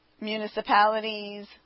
municipalities